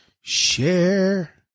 Share